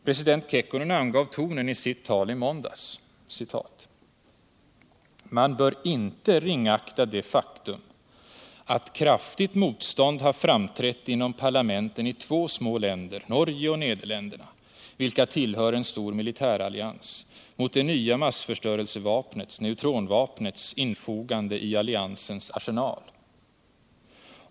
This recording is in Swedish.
President Kokkonen angav tonen i sitt tal i måndags: ”Man bör inte ringakta det faktum, att kraftigt motstånd har framträtt inom parlumenten i två små länder, Norge och Nedertlinderna, vilka tillhör en stor militärallians. mot det nya massförstörelsevapnets. neutronvapnets. infogande i alliunsens arsenal.